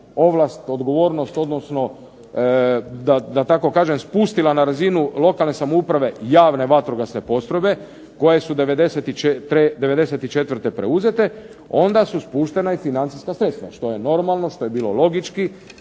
ovlast, odgovornost, da tako kažem spustila na razinu lokalne samouprave javne vatrogasne postrojbe, koje su 94. preuzete onda su spuštena i financijska sredstva. Što je normalno, što je logički